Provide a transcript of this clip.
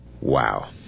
Wow